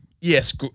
yes